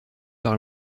par